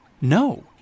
No